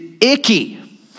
icky